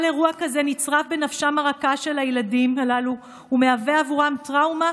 כל אירוע כזה נצרב בנפשם הרכה של הילדים הללו ומהווה עבורם טראומה